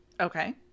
okay